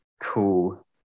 cool